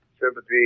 sympathy